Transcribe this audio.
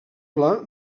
pla